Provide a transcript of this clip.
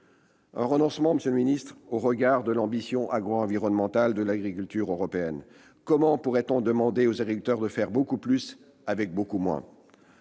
un renoncement au regard de l'ambition agroenvironnementale de l'agriculture européenne. Comment pourrait-on demander aux agriculteurs de faire beaucoup plus avec beaucoup moins ?